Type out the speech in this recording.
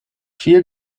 vier